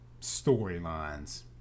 storylines